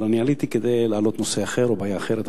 אבל אני עליתי כדי להעלות נושא אחר או בעיה אחרת,